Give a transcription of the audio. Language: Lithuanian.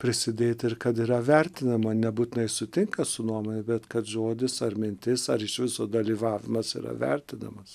prisidėti ir kad yra vertinama nebūtinai sutinka su nuomone bet kad žodis ar mintis ar iš viso dalyvavimas yra vertinamas